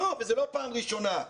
וזו לא פעם ראשונה,